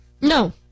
No